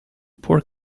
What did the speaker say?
poor